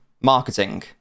marketing